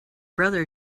brother